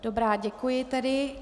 Dobrá, děkuji tedy.